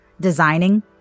designing